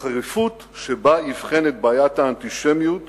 החריפות שבה אִבחן את בעיית האנטישמיות